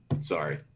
sorry